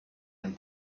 and